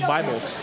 Bibles